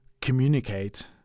communicate